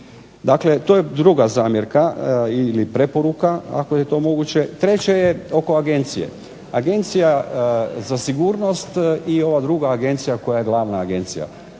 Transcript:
Dakle to je druga zamjerka, ili preporuka ako je to moguće. Treće je oko agencije. Agencija za sigurnost i ova druga agencija koja je glavna agencija.